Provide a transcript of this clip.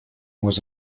was